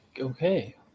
Okay